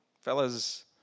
fellas